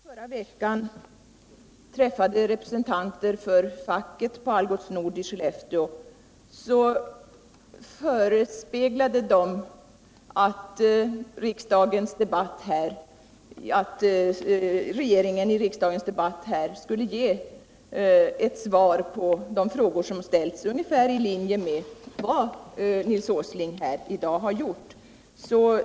Herr talman! När jag i förra veckan träffade representanter för facket på Algots Nord i Skellefteå utgick de ifrån att någon från regeringen i riksdagens debatt skulle ge svar på de frågor som ställts ungefär i linje med vad Nils Åsling i dag har gjort.